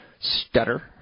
stutter